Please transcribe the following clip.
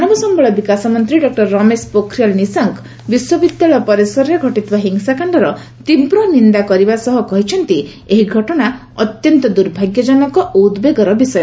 ମାନବ ସମ୍ଭଳ ବିକାଶ ମନ୍ତ୍ରୀ ଡକ୍କର ରମେଶ ପୋଖରିଆଲ୍ ନିଶଙ୍କ ବିଶ୍ୱବିଦ୍ୟାଳୟ ପରିସରରେ ଘଟିଥିବା ହିଂସାକାଣ୍ଡର ତୀବ୍ର ନିନ୍ଦା କରିବା ସହ କହିଛନ୍ତି ଏହି ଘଟଣା ଅତ୍ୟନ୍ତ ଦୁର୍ଭାଗ୍ୟଜନକ ଓ ଉଦ୍ବେଗର ବିଷୟ